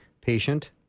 patient